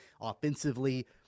offensively